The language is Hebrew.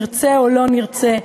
נרצה או לא נרצה,